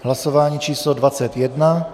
Hlasování číslo 21.